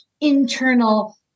internal